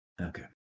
okay